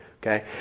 Okay